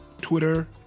Twitter